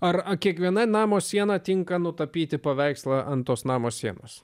ar kiekviena namo siena tinka nutapyti paveikslą ant tos namo sienos